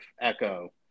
Echo